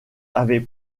avait